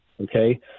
Okay